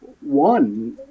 one